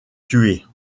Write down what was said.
tuer